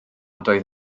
doedd